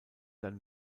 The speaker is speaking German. dann